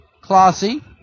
Classy